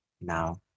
Now